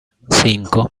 cinco